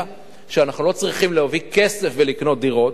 שאנחנו לא צריכים להביא כסף ולקנות דירות.